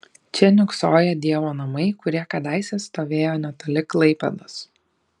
čia niūksojo dievo namai kurie kadaise stovėjo netoli klaipėdos